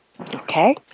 Okay